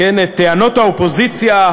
את טענות האופוזיציה.